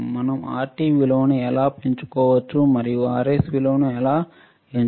మనం Rt విలువను ఎలా ఎంచుకోవచ్చు మరియు Rs విలువను ఎలా ఎంచుకోవచ్చు